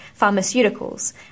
pharmaceuticals